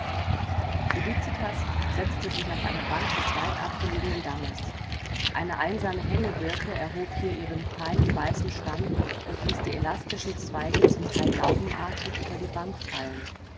felicitas setzte sich auf eine bank des weit abgelegenen dammes eine einsame hängebirke erhob hier ihren feinen weißen stamm und ließ die elastischen zweige zum teil laubenartig über die bank fallen